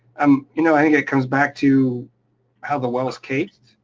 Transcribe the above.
um you know and it comes back to how the well is caped,